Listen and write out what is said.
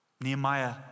Nehemiah